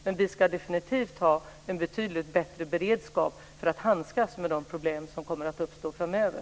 Men vi ska definitivt ha en betydligt bättre beredskap för att handskas med de problem som kommer att uppstå framöver.